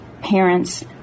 parents